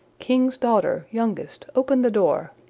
king's daughter, youngest, open the door.